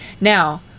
Now